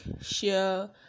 share